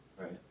right